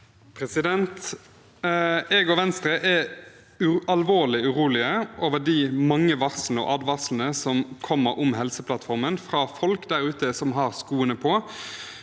Jeg og Venstre er alvorlig urolige over de mange varslene og advarslene som kommer om Helseplattformen fra folk der ute som har skoene på,